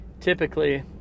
typically